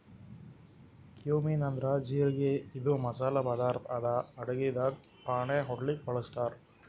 cumin ಅಂದ್ರ ಜಿರಗಿ ಇದು ಮಸಾಲಿ ಪದಾರ್ಥ್ ಅದಾ ಅಡಗಿದಾಗ್ ಫಾಣೆ ಹೊಡ್ಲಿಕ್ ಬಳಸ್ತಾರ್